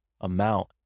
amount